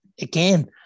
Again